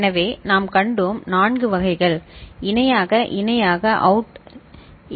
எனவே நாம் கண்டோம் 4 வகைகள் இணையாக இணையாக அவுட் சரி